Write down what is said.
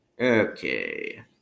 Okay